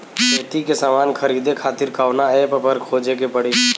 खेती के समान खरीदे खातिर कवना ऐपपर खोजे के पड़ी?